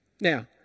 Now